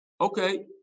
Okay